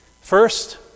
First